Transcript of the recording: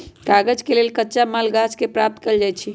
कागज के लेल कच्चा माल गाछ से प्राप्त कएल जाइ छइ